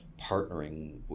partnering